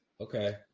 Okay